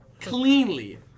cleanly